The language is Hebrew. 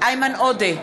איימן עודה,